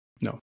No